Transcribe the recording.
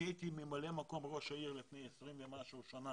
אני הייתי ממלא מקום ראש העיר לפני 20 ומשהו שנים